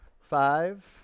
Five